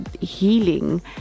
healing